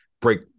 break